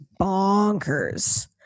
bonkers